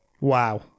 Wow